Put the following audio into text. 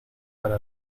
para